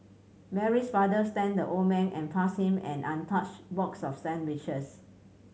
Mary's father thanked the old man and passed him an untouched box of sandwiches